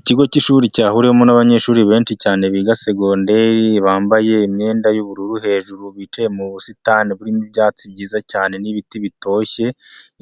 Ikigo cy'ishuri cyahuririwe mo n'abanyeshuri benshi cyane biga segonderi bambaye imyenda y'ubururu hejuru bicaye mu busitani burimo ibyatsi byiza cyane n'ibiti bitoshye,